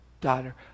daughter